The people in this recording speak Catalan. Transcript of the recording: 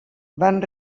van